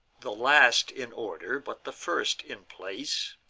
the last in order, but the first in place,